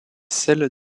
celle